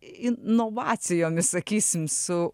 inovacijomis sakysim su